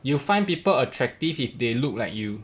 you find people attractive if they look like you